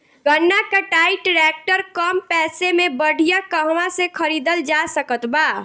गन्ना कटाई ट्रैक्टर कम पैसे में बढ़िया कहवा से खरिदल जा सकत बा?